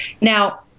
Now